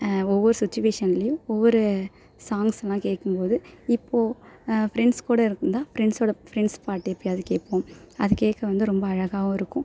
ஒவ்வொரு சுச்சிவேஷன்லேயும் ஒவ்வொரு சாங்ஸெல்லாம் கேட்கும்போது இப்போது ஃப்ரெண்ட்ஸ் கூட இருந்தால் ஃப்ரெண்ட்ஸோட ஃப்ரெண்ட்ஸ் பாட்டு எப்பயாவது கேட்போம் அது கேட்க வந்து ரொம்ப அழகாகவும் இருக்கும்